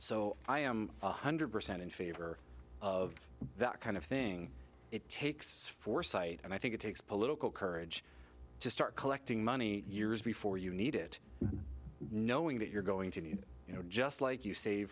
so i am one hundred percent in favor of that kind of thing it takes foresight and i think it takes political courage to start collecting money years before you need it knowing that you're going to need you know just like you sa